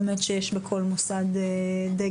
באמת שיש בכל מוסד דגל,